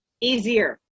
Easier